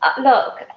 Look